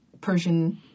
Persian